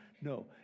No